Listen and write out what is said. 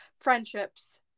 friendships